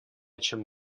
чем